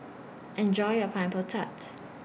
Enjoy your Pineapple Tart